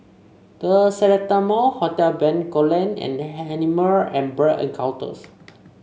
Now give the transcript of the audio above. The Seletar Mall Hotel Bencoolen and Animal and Bird Encounters